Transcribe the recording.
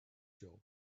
job